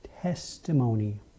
testimony